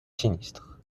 sinistre